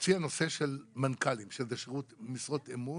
להוציא הנושא של מנכ"לים, שזה משרות אמון,